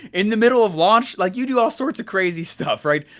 in the middle of launch, like you do all sorts of crazy stuff, right?